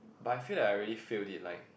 but I feel like I really failed it like